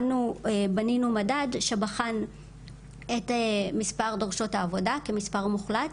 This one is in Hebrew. בנינו מדד שבחן את מספר דורשות העבודה כמספר מוחלט,